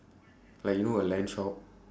like you know a LAN shop